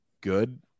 good